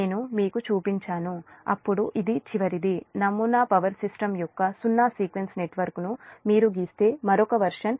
నేను మీకు చూపించాను అప్పుడు ఇది చివరిది నమూనా పవర్ సిస్టమ్ యొక్క సున్నా సీక్వెన్స్ నెట్వర్క్ను మీరు గీసే మరొక వెర్షన్